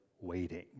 waiting